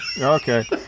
Okay